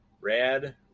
Rad